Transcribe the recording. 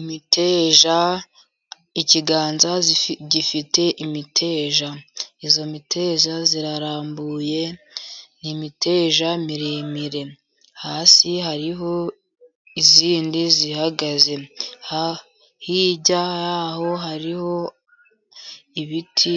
Imiteja, ikiganza gifite imiteja. Iyo miterere irarambuye ni imiteja miremire, hasi hariho iyindi ihagaze, hirya yaho hariho ibiti